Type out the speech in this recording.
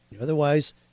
Otherwise